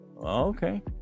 Okay